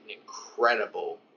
incredible